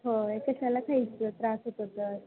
होय कशाला खायचं त्रास होतो तर